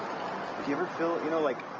you ever feel you know like.